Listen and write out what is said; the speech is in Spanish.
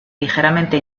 ligeramente